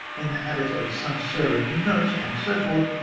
in the habit of some sir of note, and so forth.